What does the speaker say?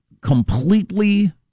completely